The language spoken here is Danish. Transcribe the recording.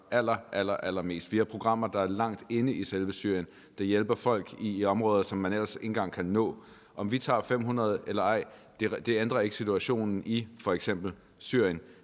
gør allerallermest. Vi har programmer, der er langt inde i selve Syrien. Det hjælper folk i områder, som man ellers ikke engang kan nå. Om vi tager 500 eller ej, ændrer ikke situationen i f.eks. Syrien.